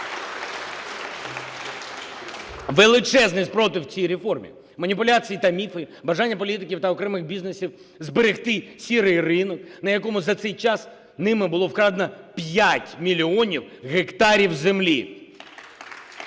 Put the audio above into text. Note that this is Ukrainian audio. Величезний супротив цій реформі, маніпуляції та міфи, бажання політиків та окремих бізнесів зберегти "сірий" ринок, на якому за цей час ними було вкрадено 5 мільйонів гектарів землі. Ми